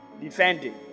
defending